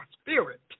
spirit